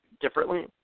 differently